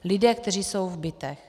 Lidé, kteří jsou v bytech.